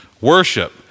worship